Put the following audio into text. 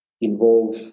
involve